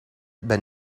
ben